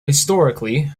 historically